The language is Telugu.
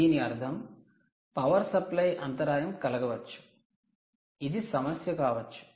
దీని అర్థం పవర్ సప్లై అంతరాయం కలగవచ్చు ఇది సమస్య కావచ్చు